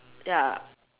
ya